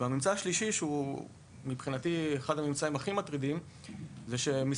הממצא השלישי הוא אחד הממצאים הכי מטרידים, לדעתי.